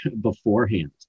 beforehand